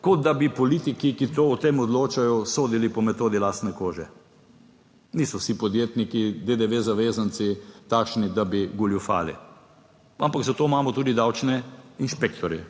kot da bi politiki, ki o tem odločajo, sodili po metodi lastne kože. Niso vsi podjetniki DDV zavezanci takšni, da bi goljufali, ampak za to imamo tudi davčne inšpektorje.